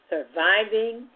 Surviving